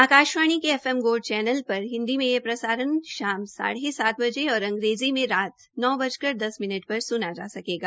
आकाशवाणी के FM gold channel पर हिन्दी में यह प्रसारण शाम साढ़े सात बजे और अंग्रेजी में पौने नौ बजकर दस मिनट पर सूना जा सकेगा